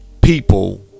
people